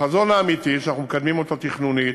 החזון האמיתי שאנחנו מקדמים תכנונית: